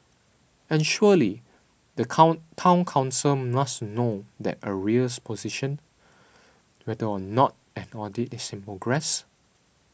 and surely the come Town Council must know the arrears position whether or not an audit is in progress